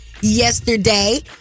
yesterday